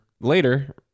later